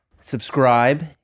Subscribe